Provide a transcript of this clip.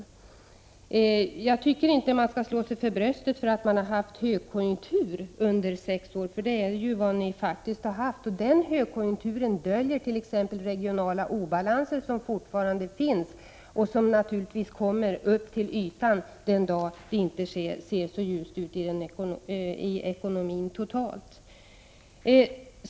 Jag tycker inte att man skall slå sig för bröstet för att man har haft högkonjunktur under sex år — för det är ju vad ni faktiskt har haft. Den högkonjunkturen döljer t.ex. regionala obalanser som fortfarande finns och som naturligtvis kommer upp till ytan den dag det inte ser så ljust ut i ekonomin totalt.